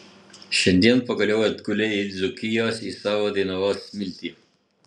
šiandien pagaliau atgulei į dzūkijos į savo dainavos smiltį